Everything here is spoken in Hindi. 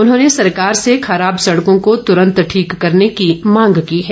उन्होंने सरकार से खराब सड़कों को तुरन्त ठीक करने की मांग की है